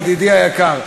ידידי היקר,